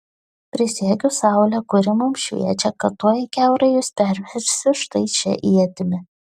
prisiekiu saule kuri mums šviečia kad tuoj kiaurai jus perversiu štai šia ietimi